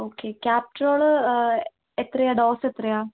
okay ക്യാപ്ട്രോള് എത്രയാണ് dose എത്രയാണ്